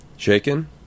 Shaken